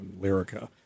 Lyrica